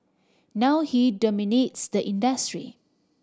now he dominates the industry